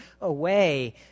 away